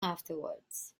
afterwards